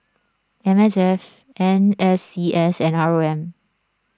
M S F N S C S and R O M